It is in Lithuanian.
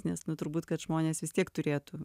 nes nu turbūt kad žmonės vis tiek turėtų